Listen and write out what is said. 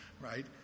right